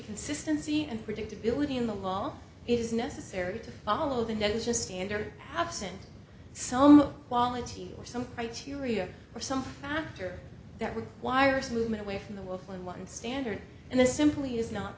consistency and predictability in the law is necessary to follow the never just standard absent some quality or some criteria or some factor that requires movement away from the work when one standard and the simply is not